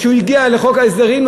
כשהוא הגיע לחוק ההסדרים,